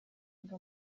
ngo